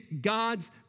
God's